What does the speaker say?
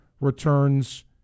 returns